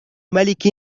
ملك